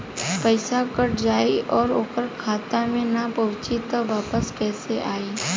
पईसा कट जाई और ओकर खाता मे ना पहुंची त वापस कैसे आई?